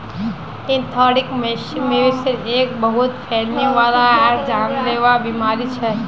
anthrax, मवेशिर एक बहुत फैलने वाला आर जानलेवा बीमारी छ